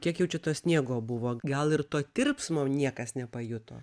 kiek jau čia to sniego buvo gal ir to tirpsmo niekas nepajuto